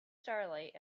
starlight